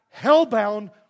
hellbound